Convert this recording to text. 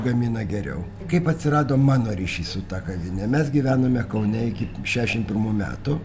gamina geriau kaip atsirado mano ryšys su ta kavine mes gyvenome kaune iki šešiasdešimt pirmų metų